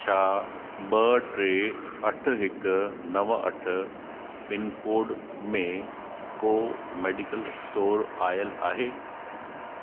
छा ॿ टे अठ हिकु नव अठ पिनकोड में को मेडिकल स्टोर आयलु आहे